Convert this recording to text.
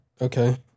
Okay